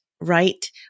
right